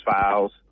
files